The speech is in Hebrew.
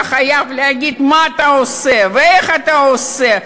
אתה חייב להגיד מה אתה עושה ואיך אתה עושה,